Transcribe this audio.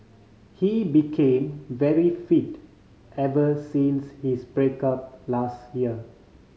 he became very fit ever since his break up last year